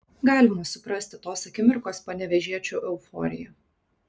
galima suprasti tos akimirkos panevėžiečių euforiją